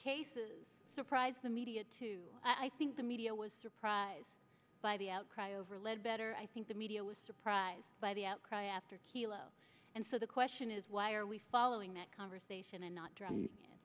cases surprise the media too i think the media was surprised by the outcry over lead better i think the media was surprised by the outcry after hilo and so the question is why are we following that conversation and not dr